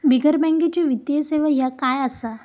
बिगर बँकेची वित्तीय सेवा ह्या काय असा?